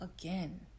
again